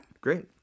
great